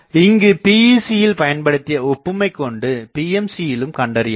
இங்கு PEC யில் பயன்படுத்திய ஒப்புமை கொண்டு PMC யிலும் கண்டறியலாம்